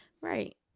right